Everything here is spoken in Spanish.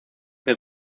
que